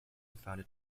founded